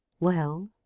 well?